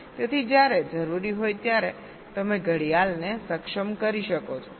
તેથી જ્યારે જરૂરી હોય ત્યારે તમે ઘડિયાળને સક્ષમ કરી શકો છો